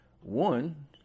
One